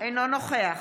אינו נוכח